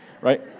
right